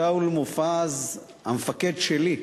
שאול מופז, המפקד שלי,